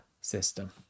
system